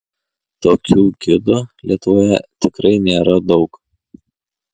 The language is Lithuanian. tokių gidų lietuvoje tikrai nėra daug